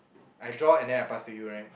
I draw and then I pass to you right